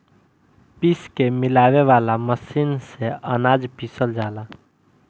पीस के मिलावे वाला मशीन से अनाज पिसल जाला